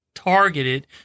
targeted